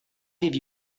give